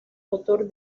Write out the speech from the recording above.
motor